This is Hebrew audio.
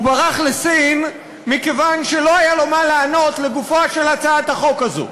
הוא ברח לסין מכיוון שלא היה לו מה לענות לגופה של הצעת החוק הזאת.